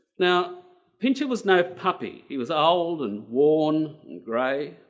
now pincher was no puppy. he was old and worn and gray.